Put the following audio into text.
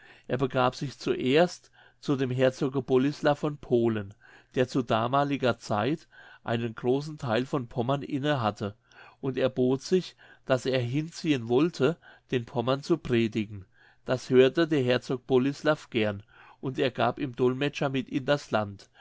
er begab sich zuerst zu dem herzoge bolislaff von polen der zu damaliger zeit einen großen theil von pommern inne hatte und erbot sich daß er hinziehen wollte den pommern zu predigen das hörte der herzog bolislaff gern und er gab ihm dolmetscher mit in das land